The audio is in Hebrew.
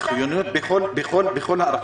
החיוניות היא בכל הארכה.